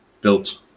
built